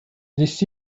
this